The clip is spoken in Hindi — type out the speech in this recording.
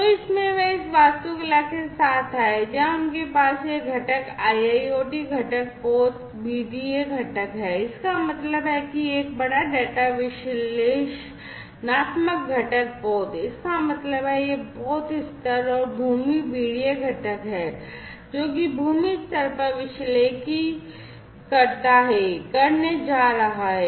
तो इसमें वे इस वास्तुकला के साथ आए जहां उनके पास ये घटक IIoT घटक पोत BDA घटक है इसका मतलब है एक बड़ा डेटा विश्लेषणात्मक घटक पोत इसका मतलब है कि यह पोत स्तर और भूमि बीडीए घटक जो कि भूमि स्तर पर विश्लेषिकी करता है करने जा रहा है